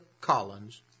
Collins